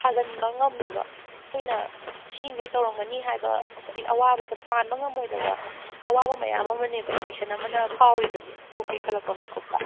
ꯁꯥꯖꯟꯕ ꯉꯝꯗꯕ ꯑꯩꯈꯣꯏꯅ ꯁꯤꯒꯩ ꯇꯧꯔꯝꯒꯅꯤ ꯍꯥꯏꯕ ꯑꯋꯥꯕꯁꯦ ꯄꯥꯟꯕ ꯉꯝꯂꯣꯏꯗꯕ ꯑꯋꯥꯕ ꯃꯌꯥꯝ ꯑꯃꯅꯦꯕ ꯑꯦꯗꯤꯛꯁꯟ ꯑꯃꯅ ꯐꯥꯎꯔꯤꯕꯁꯦ ꯇꯣꯛꯀꯦ ꯈꯜꯂꯛꯄ ꯃꯤꯀꯨꯞꯇ